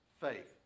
faith